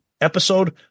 episode